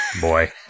boy